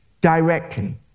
directly